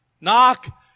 Knock